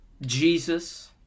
Jesus